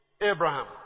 Abraham